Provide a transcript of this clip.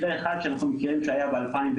יש לנו מקרה אחד שאנחנו מכירים שהיה בשנת